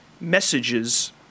messages